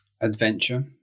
adventure